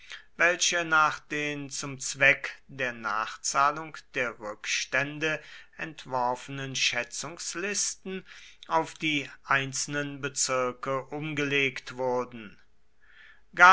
welche nach den zum zweck der nachzahlung der rückstände entworfenen schätzungslisten auf die einzelnen bezirke umgelegt wurden